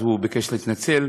הוא ביקש להתנצל,